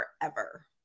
forever